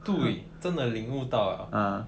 对真的领悟到